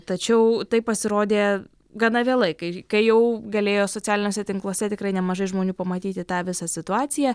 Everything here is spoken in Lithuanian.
tačiau tai pasirodė gana vėlai kai kai jau galėjo socialiniuose tinkluose tikrai nemažai žmonių pamatyti tą visą situaciją